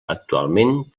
actualment